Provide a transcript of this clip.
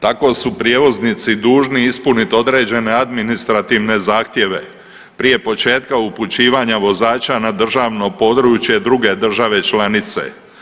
Tako su prijevoznici dužni ispuniti određene administrativne zahtjeve prije početka upućivanja vozača na državno područje druge države članice.